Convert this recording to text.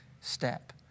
step